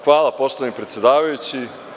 Hvala poštovani predsedavajući.